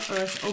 Earth